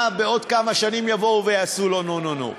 מה, בעוד כמה שנים יבואו ויעשו לו נו-נו-נו.